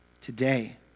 today